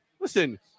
Listen